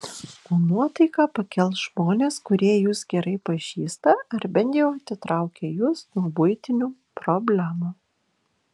o nuotaiką pakels žmonės kurie jus gerai pažįsta ar bent jau atitraukia jus nuo buitinių problemų